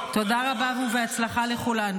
תודה על המנהרות --- תודה רבה ובהצלחה לכולנו.